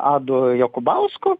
adu jakubausku